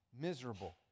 miserable